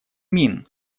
мин